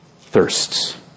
Thirsts